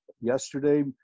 yesterday